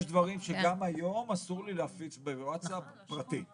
יש דברים שגם היום אסור לי להפיץ בווטסאפ פרטי,